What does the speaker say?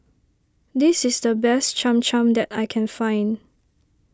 this is the best Cham Cham that I can find